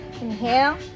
Inhale